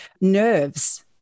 nerves